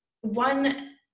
one